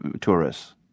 tourists